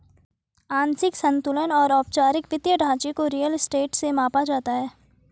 आंशिक संतुलन और औपचारिक वित्तीय ढांचे को रियल स्टेट से मापा जाता है